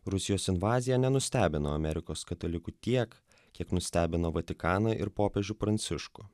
rusijos invaziją nenustebino amerikos katalikų tiek kiek nustebino vatikaną ir popiežių pranciškų